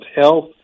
Health